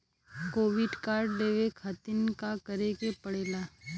Credit card लेवे खातिर का करे के पड़ेला?